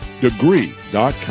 Degree.com